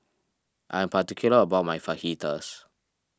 I am particular about my Fajitas